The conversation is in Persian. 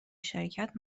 شرکت